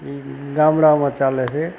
એ ગામડાંઓમાં ચાલે છે